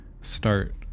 start